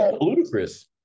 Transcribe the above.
ludicrous